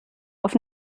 auf